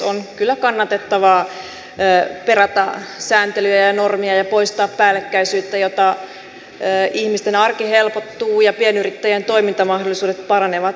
on kyllä kannatettavaa perata sääntelyjä ja normeja ja poistaa päällekkäisyyttä jotta ihmisten arki helpottuu ja pienyrittäjien toimintamahdollisuudet paranevat